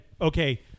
okay